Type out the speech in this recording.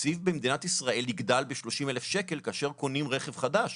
התקציב במדינת ישראל יגדל ב-30,000 שקלים כאשר קונים רכב חדש,